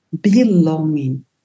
belonging